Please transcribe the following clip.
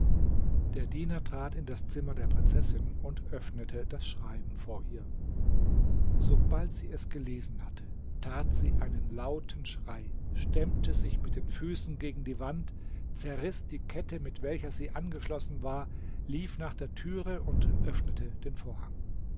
der diener trat in das zimmer der prinzessin und öffnete das schreiben vor ihr sobald sie es gelesen hatte tat sie einen lauten schrei stemmte sich mit den füßen gegen die wand zerriß die kette mit welcher sie angeschlossen war lief nach der türe und öffnete den vorhang